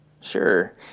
Sure